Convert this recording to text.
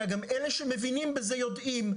אלא שגם אלה שמבינים בזה יודעים.